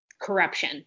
corruption